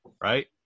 Right